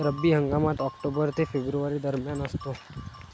रब्बी हंगाम ऑक्टोबर ते फेब्रुवारी दरम्यान असतो